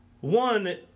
One